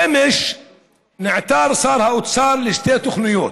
אמש נעתר שר האוצר לשתי תוכניות